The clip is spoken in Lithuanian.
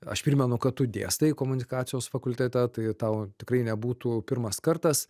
aš primenu kad tu dėstai komunikacijos fakultete tai tau tikrai nebūtų pirmas kartas